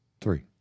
Three